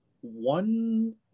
one